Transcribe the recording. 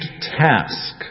task